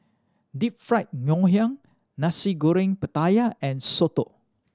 Deep Fried Ngoh Hiang Nasi Goreng Pattaya and soto